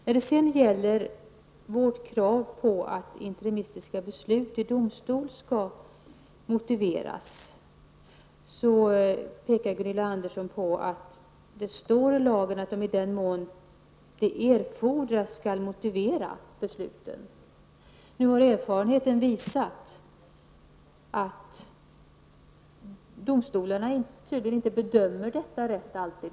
När det sedan gäller vårt krav på att interimistiska beslut i domstol skall motiveras pekar Gunilla Andersson på att det i lagen står att domstolarna i den mån det är erforderligt skall motivera besluten. Nu har erfarenheten visat att domstolarna tydligen inte alltid bedömer det rätt.